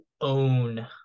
own